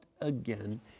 again